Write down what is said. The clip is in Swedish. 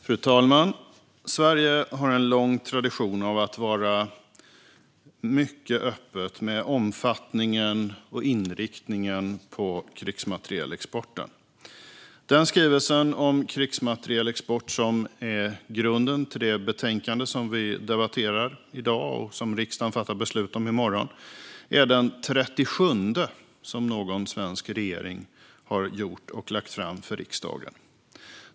Fru talman! Sverige har en lång tradition av att vara mycket öppet med omfattningen av och inriktningen på krigsmaterielexporten. Den skrivelse om krigsmaterielexport som är grunden till det betänkande som vi debatterar i dag och som riksdagen fattar beslut om i morgon är den 37:e som någon svensk regering har gjort och lagt fram för riksdagen.